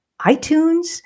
iTunes